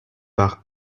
par